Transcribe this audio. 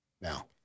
now